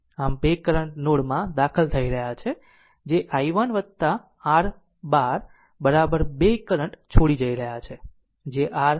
આમ 2 current node માં દાખલ થઈ રહ્યા છે જે i1 r 12 2 કરંટ છોડી રહ્યાં છે જે r i 2 r ix છે